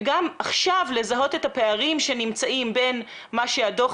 וגם עכשיו לזהות את הפערים שנמצאים בין מה שהדו"ח